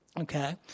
okay